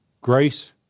Grace